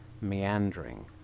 meandering